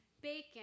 Bacon